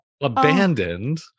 abandoned